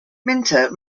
minter